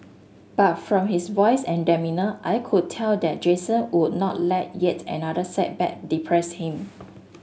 but from his voice and demeanour I could tell that Jason would not let yet another setback depress him